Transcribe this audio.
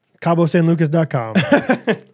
CaboSanLucas.com